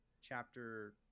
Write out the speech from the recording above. chapter